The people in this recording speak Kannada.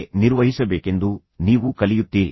ಅದನ್ನು ಹೇಗೆ ನಿರ್ವಹಿಸಬೇಕೆಂದು ನೀವು ಕಲಿಯುತ್ತೀರಿ